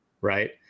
right